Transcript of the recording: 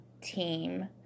team